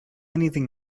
anything